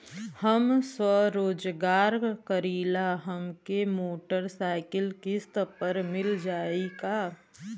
हम स्वरोजगार करीला हमके मोटर साईकिल किस्त पर मिल जाई का?